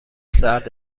سرد